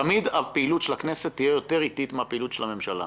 תמיד הפעילות של הכנסת תהיה אטית יותר מהפעילות של הממשלה.